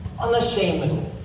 unashamedly